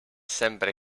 sempre